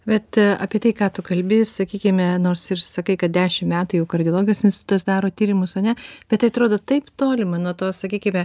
bet apie tai ką tu kalbi sakykime nors ir sakai kad dešim metų jau kardiologijos institutas daro tyrimus ane bet tai atrodo taip tolima nuo to sakykime